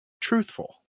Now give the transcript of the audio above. truthful